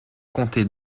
comté